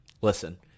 listen